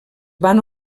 van